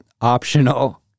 optional